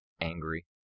angry